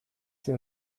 sie